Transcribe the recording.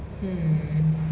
hmm